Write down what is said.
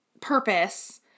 purpose